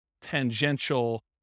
tangential